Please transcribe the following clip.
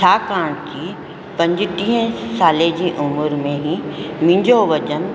छाकाणि की पंजटीह साले जी उमिरि में ई मुंहिंजो वज़न